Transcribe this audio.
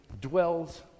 dwells